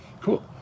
cool